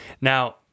Now